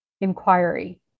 inquiry